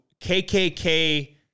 KKK